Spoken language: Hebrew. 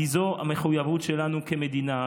כי זו המחויבות שלנו כמדינה.